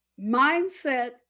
Mindset